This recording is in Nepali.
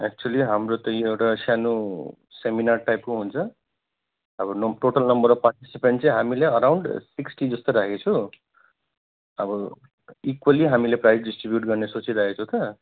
एक्चुवेली हाम्रो त यो एउटा सानो सेमिनार टाइपको हुन्छ अब नम टोटल नम्बर अफ् पार्टिसिपेन्ट चाहिँ हामीले एराउन्ड सिक्स्टी जस्तो राखेको छौँ अब इक्वेली हामीले प्राइज डिस्ट्रिब्युट गर्ने सोचिरहेको छौँ त